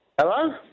hello